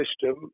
system